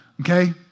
Okay